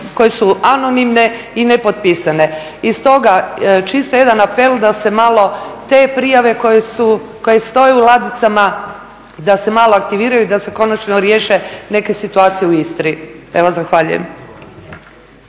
koje su anonimne i nepotpisane. I stoga čisto jedan apel da se malo te prijave koje stoje u ladicama da se malo aktiviraju i da se konačno riješe neke situacije u Istri. Zahvaljujem.